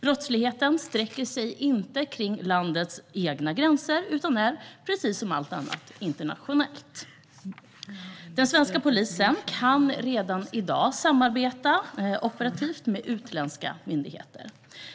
Brottsligheten sträcker sig inte enbart inom landets egna gränser utan är, precis som allt annat, internationell. Den svenska polisen kan redan i dag samarbeta operativt med utländska myndigheter.